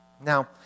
Now